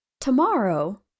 Tomorrow